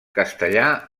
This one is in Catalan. castellà